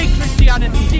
Christianity